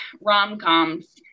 rom-coms